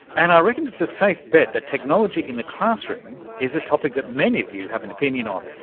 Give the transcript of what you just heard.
and i reckon it's a safe bet that technology in the classroom is a topic that many of you have an opinion on,